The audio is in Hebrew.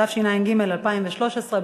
התשע"ג 2013,